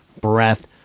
breath